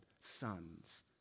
sons